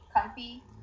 comfy